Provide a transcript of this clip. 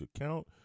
account